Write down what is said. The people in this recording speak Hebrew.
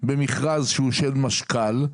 במכרז שהוא של משכ"ל,